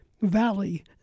Valley